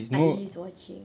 adli's watching